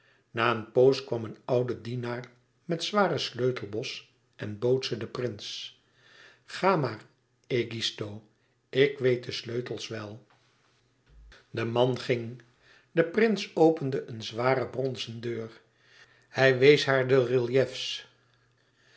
na een pooze kwam een oude dienaar met zwaren sleuteltros en bood ze den prins ga maar egisto ik weet de sleutels wel de man ging de prins opende een zware bronzen deur hij wees haar de